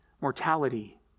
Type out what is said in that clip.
mortality